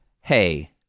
Hey